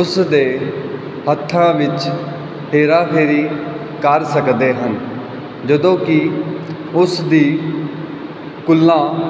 ਉਸ ਦੇ ਹੱਥਾਂ ਵਿੱਚ ਹੇਰਾਫੇਰੀ ਕਰ ਸਕਦੇ ਹਨ ਜਦੋਂ ਕੀ ਉਸ ਦੀ ਕੁੱਲ੍ਹਾ